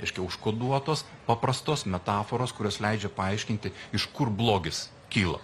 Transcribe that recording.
reiškia užkoduotos paprastos metaforos kurios leidžia paaiškinti iš kur blogis kyla